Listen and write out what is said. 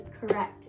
correct